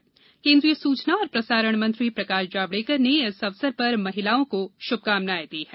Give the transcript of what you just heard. इस अवसर पर केन्द्रीय सूचना और प्रसारण मंत्री प्रकाश जावडेकर ने इस अवसर पर महिलाओं को शुभकामनाएं दी हैं